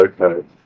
Okay